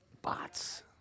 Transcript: Bots